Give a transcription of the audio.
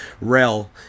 rel